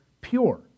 pure